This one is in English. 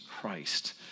Christ